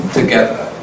together